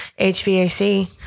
HVAC